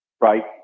right